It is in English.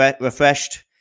refreshed